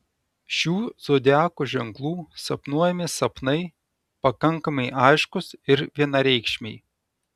šių zodiako ženklų sapnuojami sapnai pakankamai aiškūs ir vienareikšmiai